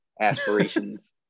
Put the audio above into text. aspirations